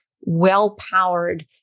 well-powered